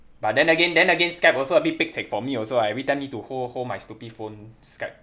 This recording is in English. but then again then again skype also a bit pekcek for me also I every time need to hold hold my stupid phone skype